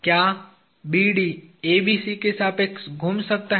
क्या BD ABC के सापेक्ष घूम सकता है